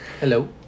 Hello